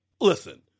Listen